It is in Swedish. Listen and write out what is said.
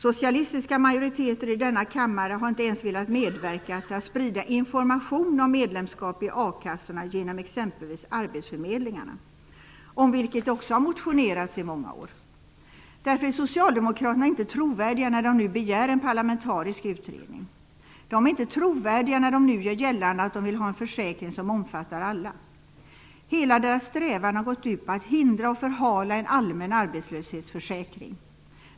Socialistiska majoriteter i denna kammare har inte ens velat medverka till att sprida information om medlemskap i a-kassorna genom exempelvis arbetsförmedlingarna. Det har det också motionerats om i många år. Därför är socialdemokraterna inte trovärdiga när de nu begär en parlamentarisk utredning. De är inte trovärdiga när de nu gör gällande att de vill ha en försäkring som omfattar alla. Hela deras strävan har gått ut på att hindra och förhala en allmän arbetslöshetsförsäkring.